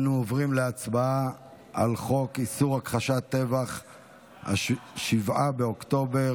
אנו עוברים להצבעה על חוק איסור הכחשת טבח 7 באוקטובר,